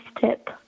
tip